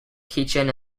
kitchen